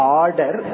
order